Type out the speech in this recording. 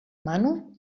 mano